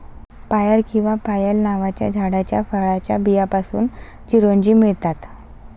पायर किंवा पायल नावाच्या झाडाच्या फळाच्या बियांपासून चिरोंजी मिळतात